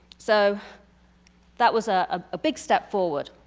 so that was a ah big step forward.